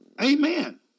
Amen